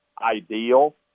Ideal